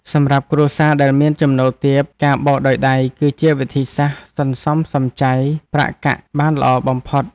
សម្រាប់គ្រួសារដែលមានចំណូលទាបការបោកដោយដៃ គឺជាវិធីសាស្ត្រសន្សំសំចៃប្រាក់កាក់បានល្អបំផុត។